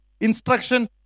instruction